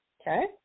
Okay